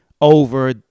over